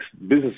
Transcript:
business